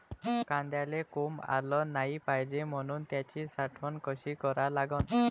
कांद्याले कोंब आलं नाई पायजे म्हनून त्याची साठवन कशी करा लागन?